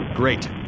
Great